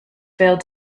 failed